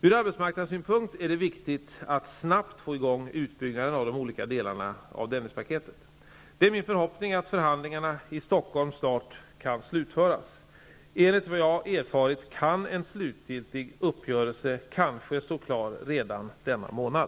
Ur arbetsmarknadssynpunkt är det viktigt att snabbt få i gång utbyggnaden av de olika delarna av Dennispaketet. Det är min förhoppning att förhandlingarna i Stockholm snart kan slutföras. Enligt vad jag erfarit kan en slutgiltig uppgörelse kanske stå klar redan denna månad.